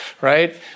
right